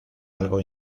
algo